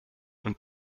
und